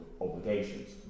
obligations